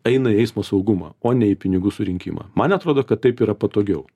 eina į eismo saugumą o ne į pinigų surinkimą man atrodo kad taip yra patogiau